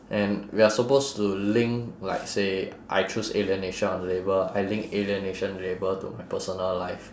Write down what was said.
and we are supposed to link like say I choose alienation of labour I link alienation labour to my personal life